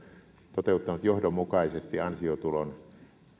toteuttanut johdonmukaisesti ansiotulon